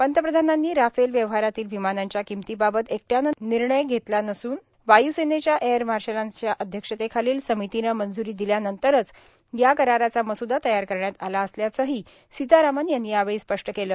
पंतप्रधानांनी राफेल व्यवहारातील विमानांच्या किंमतीबाबत एकट्यानं निर्णय घेतला नसून वायूसेनेच्या एअरमार्शलांचा अध्यक्षतेखालील समितीनं मंजूरी दिल्यानंतरच या कराराचा मसूदा तयार करण्यात आला असल्याचंही सीतारामन यांनी यावेळी स्पष्ट केलं